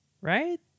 Right